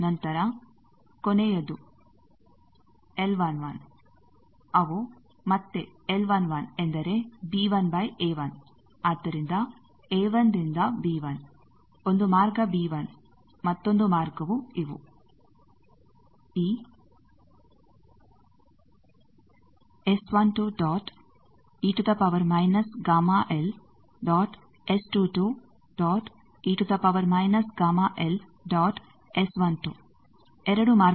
ನಂತರ ಕೊನೆಯದು L11 ಅವು ಮತ್ತೆ L11 ಎಂದರೆ b1 a1 ಆದ್ದರಿಂದ a1 ದಿಂದ b1 ಒಂದು ಮಾರ್ಗ b1 ಮತ್ತೊಂದು ಮಾರ್ಗವು ಇವು ಈ ಎರಡು ಮಾರ್ಗಗಳಿವೆ